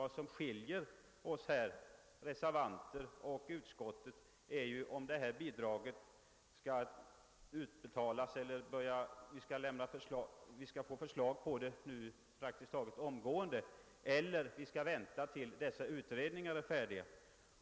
Vad som skiljer oss reservanter frå utskottsmajoriteten är ju att vi önskar förslag om bidrag praktiskt taget omgående, medan majoriteten vill vänta tills utredningarna är färdiga.